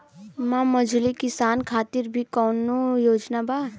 का मझोले किसान खातिर भी कौनो योजना बा?